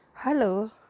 Hello